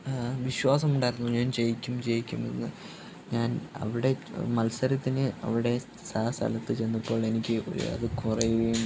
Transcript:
വിശ്വാസം ഉണ്ടായിരുന്നു ഞാൻ ജയിക്കും ജയിക്കും എന്ന് ഞാൻ അവിടെ മത്സരത്തിന് അവിടെ ആ സ്ഥലത്ത് ചെന്നപ്പോൾ എനിക്ക് അത് കുറയുകയും